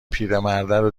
پیرمردو